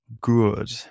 good